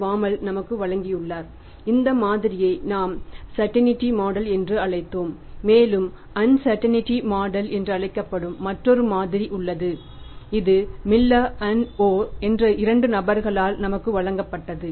பாமால் என்ற இரண்டு நபர்களால் நமக்குக் கொடுக்கப்பட்டது